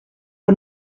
que